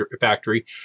Factory